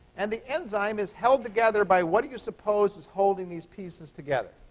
and the enzyme is held together by what do you suppose is holding these pieces together?